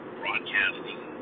broadcasting